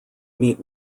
meet